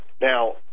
Now